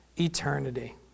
eternity